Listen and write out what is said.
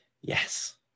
Yes